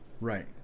Right